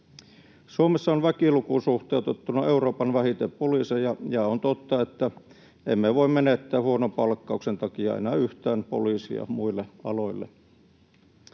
Suomessa on väkilukuun suhteutettuna Euroopan vähiten poliiseja, ja on totta, että emme voi menettää huonon palkkauksen takia enää yhtään poliisia muille aloille.